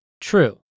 True